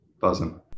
buzzing